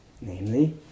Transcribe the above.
namely